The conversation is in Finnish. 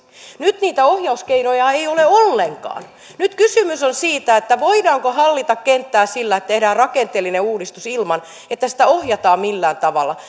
nyt niitä ohjauskeinoja ei ole ollenkaan nyt kysymys on siitä voidaanko hallita kenttää sillä että tehdään rakenteellinen uudistus ilman että sitä ohjataan millään tavalla